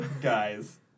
guys